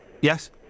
Yes